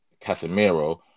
Casemiro